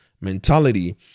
mentality